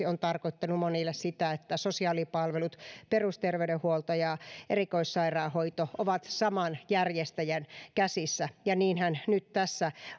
on tarkoittanut monille erityisesti sitä että sosiaalipalvelut perusterveydenhuolto ja erikoissairaanhoito ovat saman järjestäjän käsissä niinhän nyt tässä